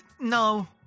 no